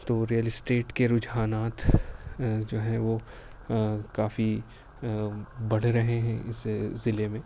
تو real estate کے رجحانات جو ہیں وہ کافی بڑھ رہے ہیں اس ضلعے میں